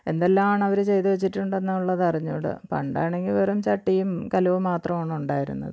എന്തെല്ലാമാണ് അവർ ചെയ്തു വച്ചിട്ടുണ്ടെന്നുള്ളത് അറിഞ്ഞുകൂട പണ്ടാണെങ്കിൽ വെറും ചട്ടിയും കലവും മാത്രമാണുണ്ടായിരുന്നതും